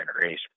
generation